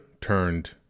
turned